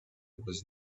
was